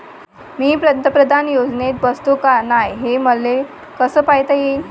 मी पंतप्रधान योजनेत बसतो का नाय, हे मले कस पायता येईन?